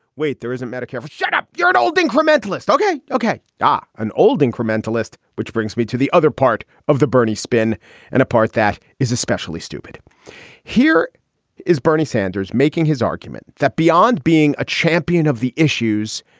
wait, there isn't medicare. shut up. you're an old incrementalist. ok. ok. got an old incrementalist. which brings me to the other part of the bernie spin and a part that is especially stupid here is bernie sanders making his argument that beyond being a champion of the issues,